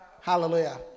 Hallelujah